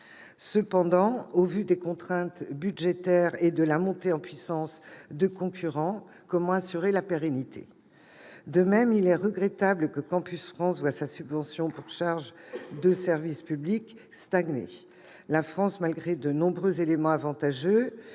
européen. Au vu des contraintes budgétaires et de la montée en puissance de concurrents, comment assurer la pérennité de ce dispositif ? De même, il est regrettable que Campus France voie stagner sa subvention pour charge de service public. La France, malgré de nombreux éléments avantageux-